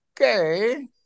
okay